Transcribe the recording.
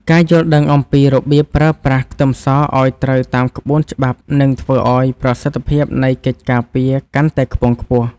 ការយល់ដឹងអំពីរបៀបប្រើប្រាស់ខ្ទឹមសឱ្យត្រូវតាមក្បួនច្បាប់នឹងធ្វើឱ្យប្រសិទ្ធភាពនៃកិច្ចការពារកាន់តែខ្ពង់ខ្ពស់។